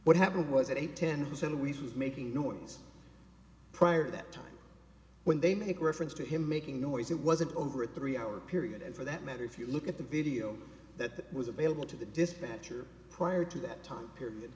what happened was at eight ten percent always was making noise prior to that time when they make reference to him making noise it wasn't over a three hour period and for that matter if you look at the video that was available to the dispatcher prior to that time period